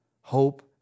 hope